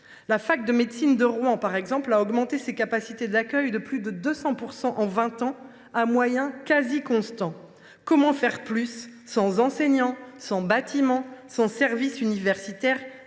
La faculté de médecine de Rouen, par exemple, a augmenté ses capacités d’accueil de plus de 200 % en vingt ans, à moyens quasi constants. Comment faire plus sans enseignants, sans bâtiments, sans services universitaires